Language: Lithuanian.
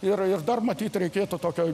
ir ir dar matyt reikėtų tokio